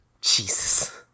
Jesus